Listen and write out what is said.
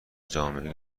جامعهای